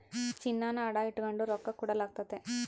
ಚಿನ್ನಾನ ಅಡ ಇಟಗಂಡು ರೊಕ್ಕ ಕೊಡಲಾಗ್ತತೆ